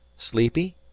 sleepy?